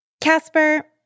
Casper